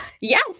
Yes